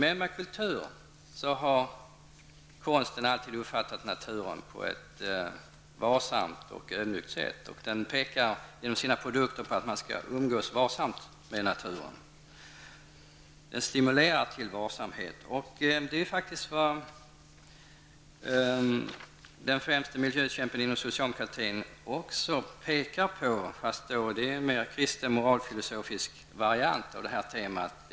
Beträffande kulturen vill jag säga att konsten alltid har uppfattat naturen på ett varsamt och ödmjukt sätt, och den pekar genom sina produkter på att man skall umgås varsamt med naturen. Den stimulerar till varsamhet. Det är faktiskt vad den främste miljökämpen inom socialdemokratin, Stefan Edman, också pekar på, men det är en mer kristen moralfilosofisk variant av det här temat.